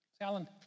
Alan